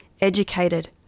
educated